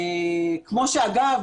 אגב,